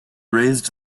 raised